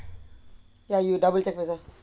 ya you double check first ah